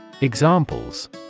Examples